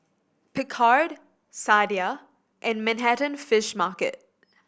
Picard Sadia and Manhattan Fish Market